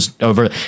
Over